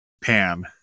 pan